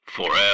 Forever